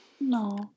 No